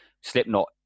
Slipknot